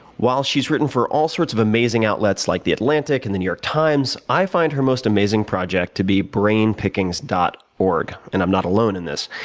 while she's written for all sorts of amazing outlets like the atlantic and the new york times. i find her most amazing project to be brainpickings dot org, and i'm not alone in this.